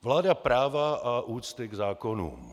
Vláda práva a úcty k zákonům.